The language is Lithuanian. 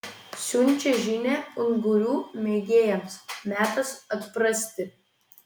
siunčia žinią ungurių mėgėjams metas atprasti